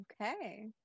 Okay